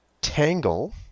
tangle